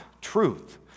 truth